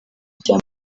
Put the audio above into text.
rya